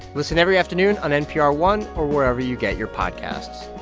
listen every afternoon on npr one or wherever you get your podcasts